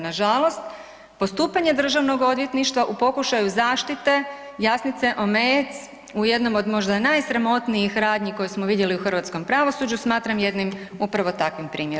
Nažalost, postupanje državnog odvjetništva u pokušaju zaštite Jasnice Omejec u jednom od možda najsramotnijih radnji koje smo vidjeli u hrvatskom pravosuđu smatram jednim upravo takvim primjerom.